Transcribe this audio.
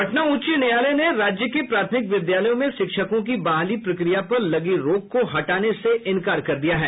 पटना उच्च न्यायालय ने राज्य के प्राथमिक विद्यालयों में शिक्षकों की बहाली प्रक्रिया पर लगी रोक को हटाने से इंकार कर दिया है